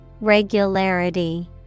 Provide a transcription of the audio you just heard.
Regularity